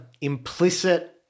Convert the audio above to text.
implicit